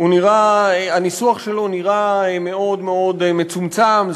הניסוח שלו נראה מאוד מאוד מצומצם.